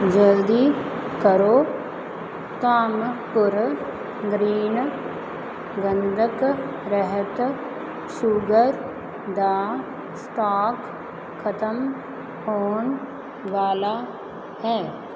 ਜਲਦੀ ਕਰੋ ਧਾਮਪੁਰ ਗ੍ਰੀਨ ਗੰਧਕ ਰਹਿਤ ਸ਼ੂਗਰ ਦਾ ਸਟਾਕ ਖਤਮ ਹੋਣ ਵਾਲਾ ਹੈ